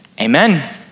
Amen